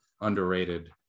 underrated